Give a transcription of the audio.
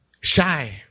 shy